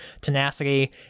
tenacity